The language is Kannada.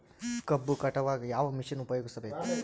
ಕಬ್ಬು ಕಟಾವಗ ಯಾವ ಮಷಿನ್ ಉಪಯೋಗಿಸಬೇಕು?